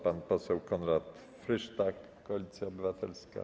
Pan poseł Konrad Frysztak, Koalicja Obywatelska.